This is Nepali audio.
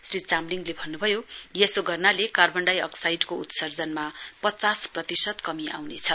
श्री चामलिङले भन्नुभयो यसो गर्नाले कार्वनडाइ अक्साइडको उत्सर्जनमा पचास प्रतिशत कमी आउनेछ